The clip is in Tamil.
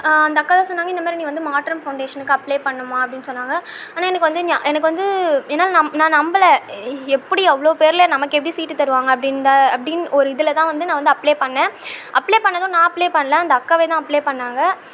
அந்தக்கா தான் சொன்னாங்க இந்தமாதிரி நீ வந்து மாற்றம் ஃபௌண்டேஷனுக்கு அப்ளை பண்ணும்மா அப்படின்னு சொன்னாங்க ஆனால் எனக்கு வந்து எனக்கு வந்து என்னால் நம் நான் நம்மள எப்படி அவ்வளோ பேரில் நமக்கெப்படி சீட்டு தருவாங்க அப்படின்தான் அப்படின் ஒரு இதில்தான் நான் வந்து அப்ளை பண்ணேன் அப்ளை பண்ணதும் நான் அப்ளை பண்ணல அந்த அக்காவே தான் அப்ளை பண்ணாங்க